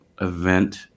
event